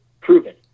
proven